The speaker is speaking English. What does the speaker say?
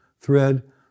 thread